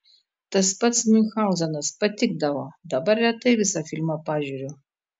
tas pats miunchauzenas patikdavo dabar retai visą filmą pažiūriu